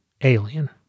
alien